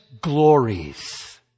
glories